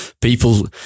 People